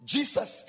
Jesus